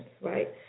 right